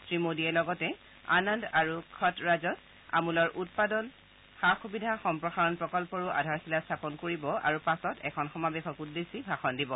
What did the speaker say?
শ্ৰী মোডীয়ে লগতে আনন্দ আৰু খট্ৰাজত আমূলৰ উৎপাদন সা সুবিধা সম্প্ৰসাৰণ প্ৰকল্পৰো আধাৰশিলা স্থাপন কৰিব আৰু পাছত এটা সমাৱেশক উদ্দেশ্যি ভাষণ দিব